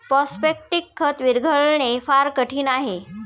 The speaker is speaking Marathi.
फॉस्फेटिक खत विरघळणे फार कठीण आहे